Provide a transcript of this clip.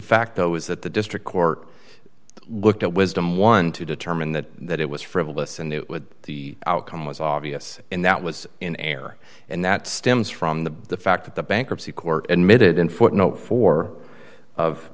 facto is that the district court looked at wisdom one to determine that that it was frivolous and it would the outcome was obvious and that was in error and that stems from the the fact that the bankruptcy court and made it in footnote four of